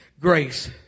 grace